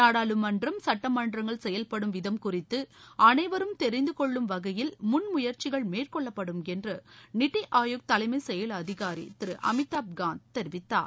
நாடாளுமன்றம் சட்டமன்றங்கள் செயல்படும் விதம் குறித்து அனைவரும் தெரிந்தகொள்ளும் வகையில் முன் முயற்சிகள் மேற்கொள்ளப்படும் என்று நித்தி ஆயோக் தலைமை செயல் அதிகாரி திரு அமீதாப் காந்த் தெரிவித்தார்